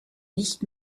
nicht